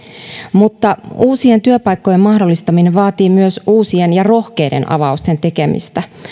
mutta uusien työpaikkojen mahdollistaminen vaatii myös uusien ja rohkeiden avausten tekemistä